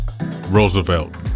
Roosevelt